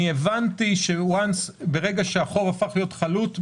הבנתי שכאשר החוב הפך להיות חלוט,